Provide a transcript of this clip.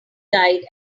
guide